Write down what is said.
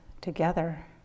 together